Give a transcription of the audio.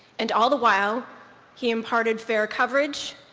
and all the while he imparted fair coverage,